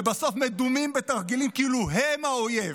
ובסוף מדומים בתרגילים כאילו הם האויב,